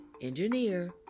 engineer